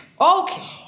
Okay